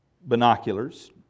binoculars